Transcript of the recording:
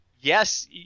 Yes